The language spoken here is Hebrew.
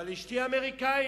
אבל אשתי אמריקנית,